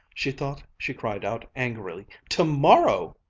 she thought she cried out angrily, tomorrow!